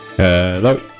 Hello